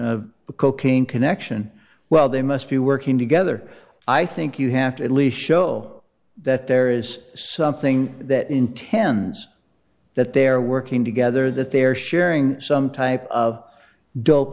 the cocaine connection well they must be working together i think you have to at least show that there is something that intends that they're working together that they're sharing some type of d